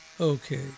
Okay